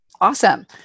Awesome